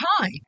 time